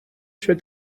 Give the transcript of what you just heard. should